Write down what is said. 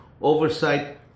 oversight